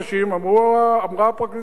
אמרה הפרקליטות: תגידו,